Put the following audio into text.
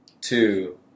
two